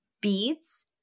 beads